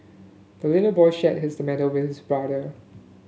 the little boy shared his tomato with his brother